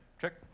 Check